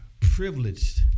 privileged